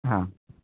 आं